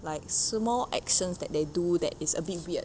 like small actions that they do that that is a bit weird